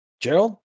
Gerald